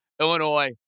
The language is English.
Illinois